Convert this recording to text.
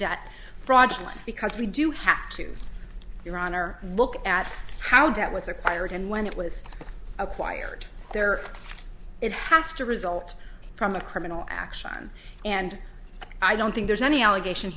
debt fraudulent because we do have to your honor look at how debt was acquired and when it was acquired there it has to result from a criminal action and i don't think there's any allegation